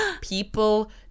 People